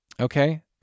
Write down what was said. okay